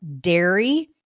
dairy